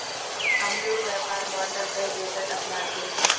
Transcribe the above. अमूलेर व्यापर मॉडल कई देशत अपनाल गेल छ